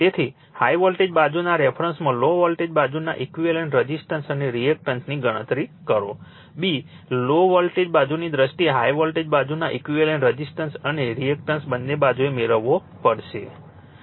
તેથી high voltage બાજુના રેફરન્સમાં લો વોલ્ટેજ બાજુના ઈક્વિવેલન્ટ રઝિસ્ટન્સ અને રિએક્ટન્સની ગણતરી કરો b લો વોલ્ટેજ બાજુની દ્રષ્ટિએ હાઇ વોલ્ટેજ બાજુના ઈક્વિવેલન્ટ રઝિસ્ટન્સ અને રિએક્ટન્સ બંને બાજુએ મેળવવો પડશે